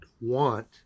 want